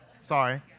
sorry